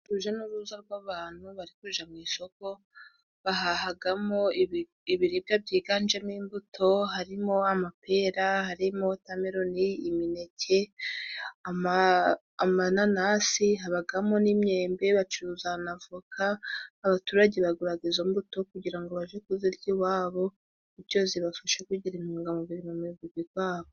Uruja n'uruza rw'abantu bari kuja ku isoko bahahagamo ibiribwa byiganjemo imbuto, harimo amapera harimo wotameloni, imineke amananasi habagamo n'imyembe bacuruzaga n'avoka. Abaturage baguraga izo mbuto, kugira ngo baje kuzirya iwabo bicyo zibashe kugira intungamubiri mu mibiri zabo.